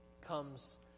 comes